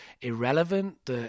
irrelevant